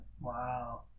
Wow